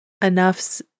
enough